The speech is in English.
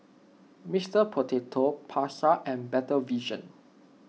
Mister Potato Pasar and Better Vision